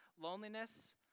Loneliness